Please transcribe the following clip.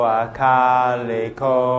akaliko